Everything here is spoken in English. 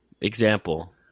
Example